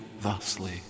thusly